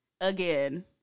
Again